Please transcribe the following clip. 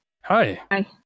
Hi